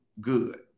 good